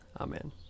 Amen